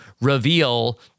reveal